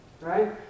Right